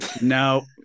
No